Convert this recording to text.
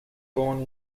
born